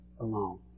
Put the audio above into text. alone